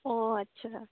অ' আচ্ছা